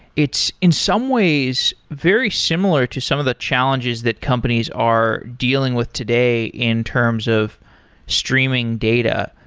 it's in some ways very similar to some of the challenges that companies are dealing with today in terms of streaming data.